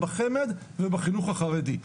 בחמ"ד ובחינוך החרדי.